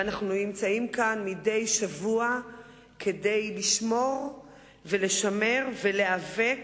ואנחנו נמצאים כאן מדי שבוע כדי לשמור ולשמר ולהיאבק